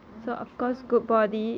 mm true true